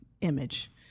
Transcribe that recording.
image